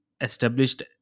established